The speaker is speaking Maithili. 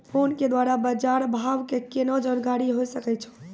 फोन के द्वारा बाज़ार भाव के केना जानकारी होय सकै छौ?